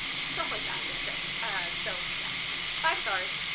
stuff like that. it's great ah so yeah five stars.